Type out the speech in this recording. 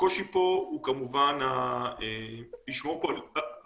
הקושי פה הוא כמובן לשמור פה על